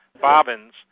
bobbins